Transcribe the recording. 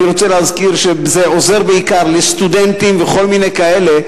אני רוצה להזכיר שזה עוזר בעיקר לסטודנטים וכל מיני כאלה,